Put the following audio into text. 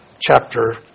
chapter